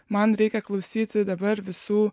man reikia klausyti dabar visų